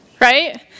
Right